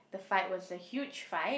the fight was a huge fight